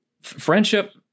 friendship